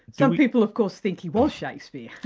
some people of course think he was shakespeare.